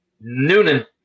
Noonan